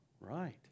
Right